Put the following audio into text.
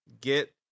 get